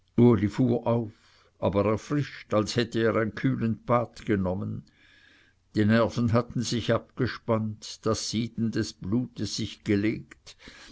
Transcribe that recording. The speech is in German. aber erfrischt als hätte er ein kühlend bad genommen die nerven hatten sich abgespannt das sieden des blutes sich gelegt